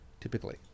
typically